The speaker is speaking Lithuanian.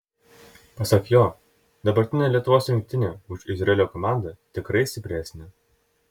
pasak jo dabartinė lietuvos rinktinė už izraelio komandą tikrai stipresnė